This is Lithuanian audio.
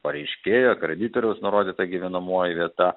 pareiškėjo kreditoriaus nurodyta gyvenamoji vieta